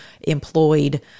employed